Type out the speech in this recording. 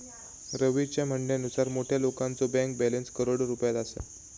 रवीच्या म्हणण्यानुसार मोठ्या लोकांचो बँक बॅलन्स करोडो रुपयात असा